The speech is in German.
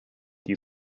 die